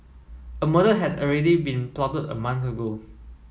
a murder had already been plotted a month ago